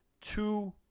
two